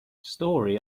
storey